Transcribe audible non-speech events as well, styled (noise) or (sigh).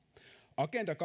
agenda (unintelligible)